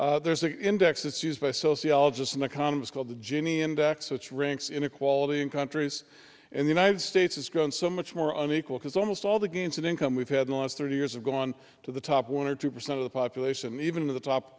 years there's an index it's used by sociologists and economists called the gini index which ranks inequality in countries in the united states has grown so much more unequal because almost all the gains in income we've had last thirty years have gone to the top one or two percent of the population even of the top